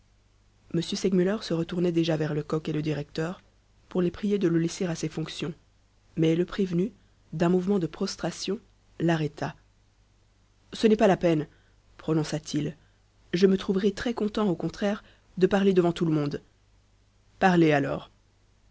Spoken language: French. m segmuller se retournait déjà vers lecoq et le directeur pour les prier de le laisser à ses fonctions mais le prévenu d'un mouvement de prostration l'arrêta ce n'est pas la peine prononça-t-il je me trouverai très-content au contraire de parler devant tout le monde parlez alors